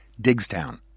Digstown